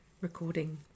recording